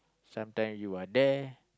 sometime you are there